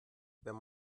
wenn